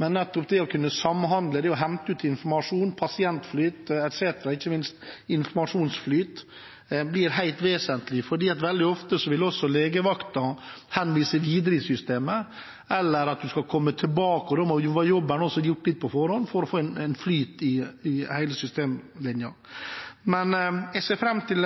Men det å kunne samhandle, hente ut informasjon, ha pasientflyt og ikke minst informasjonsflyt blir helt vesentlig, for veldig ofte vil også legevakten henvise videre i systemet eller si at en skal komme tilbake, og da må litt av jobben være gjort på forhånd for å få en flyt i hele systemlinjen. Jeg ser fram til